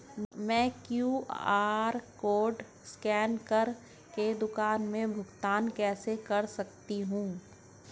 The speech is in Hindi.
मैं क्यू.आर कॉड स्कैन कर के दुकान में भुगतान कैसे कर सकती हूँ?